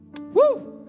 Woo